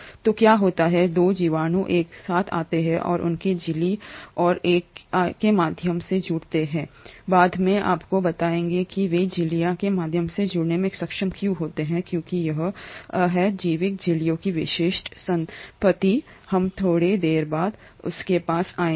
तो क्या होता है 2 जीवाणु एक साथ आते हैं और उनके झिल्ली और I के माध्यम से जुड़ते हैं बाद में आपको बताएंगे कि वे झिल्लियों के माध्यम से जुड़ने में सक्षम क्यों हैं क्योंकि यही है जैविक झिल्लियों की विशिष्ट संपत्ति हम थोड़ी देर बाद उसके पास आएंगे